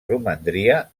romandria